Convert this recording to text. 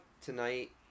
tonight